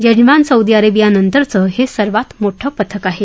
यजमान सौदी अरबनंतरचं हे सर्वात मोठं पथक आहे